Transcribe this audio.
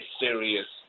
serious